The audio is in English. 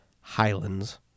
Highlands